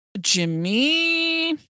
Jimmy